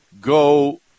go